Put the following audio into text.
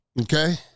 okay